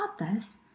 others